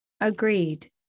Agreed